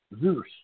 Zeus